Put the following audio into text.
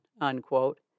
unquote